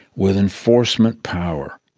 with enforcement power.